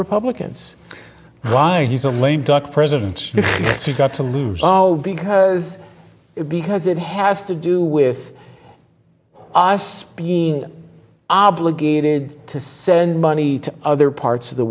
republicans right he's a lame duck president he's got to lose because it because it has to do with us being obligated to send money to other parts of the